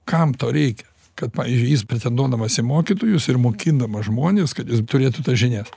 kam to reikia kad pavyzdžiui jis pretenduodamas į mokytojus ir mokindamas žmones kad jis turėtų tas žinias